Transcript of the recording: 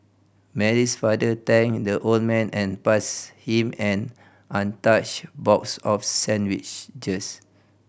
Mary's father thanked the old man and pass him an untouched box of sandwiches